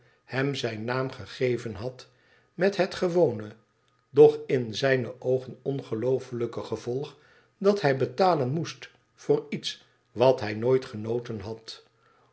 hem zijn naamgegeven had met het gewone doch in zijne oogen ongeloofelijke gevolg dat hij betalen moest voor iets wat hij npoit genoten had